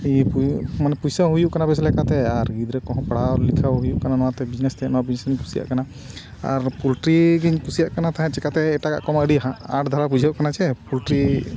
ᱤᱭᱟᱹ ᱢᱟᱱᱮ ᱯᱚᱭᱥᱟ ᱦᱩᱭᱩᱜ ᱠᱟᱱᱟ ᱵᱮᱥ ᱞᱮᱠᱟᱛᱮ ᱟᱨ ᱜᱤᱫᱽᱨᱟᱹ ᱠᱚᱦᱚᱸ ᱯᱟᱲᱦᱟᱣ ᱞᱮᱠᱷᱟ ᱦᱩᱭᱩᱜ ᱠᱟᱱᱟ ᱱᱚᱣᱟᱛᱮ ᱵᱤᱡᱽᱱᱮᱥ ᱛᱮ ᱱᱚᱣᱟ ᱵᱤᱡᱽᱱᱮᱥ ᱜᱤᱧ ᱠᱩᱥᱤᱭᱟᱜ ᱠᱟᱱᱟ ᱟᱨ ᱯᱳᱞᱴᱨᱤ ᱜᱤᱧ ᱠᱩᱥᱤᱭᱟᱜ ᱠᱟᱱᱟ ᱛᱟᱦᱮᱸ ᱪᱤᱠᱟᱹᱛᱮ ᱮᱴᱟᱜᱟᱜ ᱠᱚᱢᱟ ᱟᱹᱰᱤ ᱟᱸᱴ ᱫᱷᱟᱨᱟ ᱵᱩᱡᱷᱟᱹᱜ ᱠᱟᱱᱟ ᱥᱮ ᱯᱳᱞᱴᱨᱤ